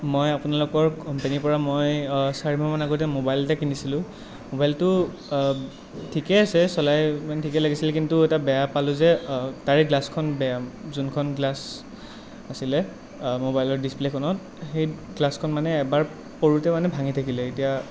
মই আপোনালোকৰ কোম্পানীৰ পৰা মই চাৰিমাহমান আগতে মোবাইল এটা কিনিছিলোঁ মোবাইলটো ঠিকে আছে চলাই মানে ঠিকে লাগিছিলে কিন্তু এটা বেয়া পালোঁ যে তাৰে গ্লাছখন বেয়া যোনখন গ্লাছ আছিলে মোবাইলৰ ডিচপ্লেখনত সেই গ্লাছখন মানে এবাৰ পৰোঁতে মানে ভাঙি থাকিলে এতিয়া